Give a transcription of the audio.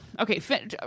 okay